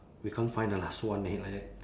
we can't find the last one leh like that